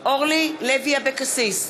בעד אורלי לוי אבקסיס,